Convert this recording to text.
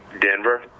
Denver